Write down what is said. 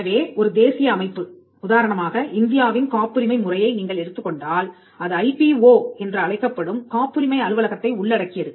எனவே ஒரு தேசிய அமைப்பு உதாரணமாக இந்தியாவின் காப்புரிமை முறையை நீங்கள் எடுத்துக் கொண்டால் அது ஐபிஓ என்று அழைக்கப்படும் காப்புரிமை அலுவலகத்தை உள்ளடக்கியது